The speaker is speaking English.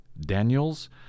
Daniels